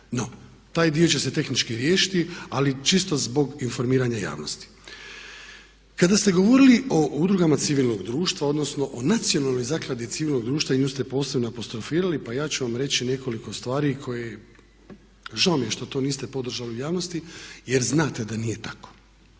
No, taj dio će se tehnički riješiti ali čisto zbog informiranja javnosti. Kada ste govorili o udrugama civilnog društva odnosno o Nacionalnoj zakladi civilnog društva i nju ste posebno apostrofirali, pa ja ću vam reći nekoliko stvari koje, a žao mi je što to niste podržali u javnosti, jer znate da nije tako.